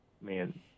man